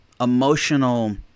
emotional